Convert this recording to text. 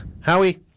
Howie